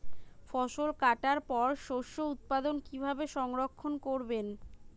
ফসল কাটার পর শস্য উৎপাদন কিভাবে সংরক্ষণ করবেন?